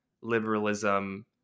liberalism